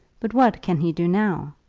but what can he do now?